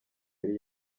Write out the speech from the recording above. yari